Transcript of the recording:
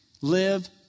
live